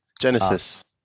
genesis